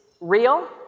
real